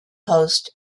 coast